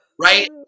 right